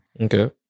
Okay